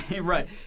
Right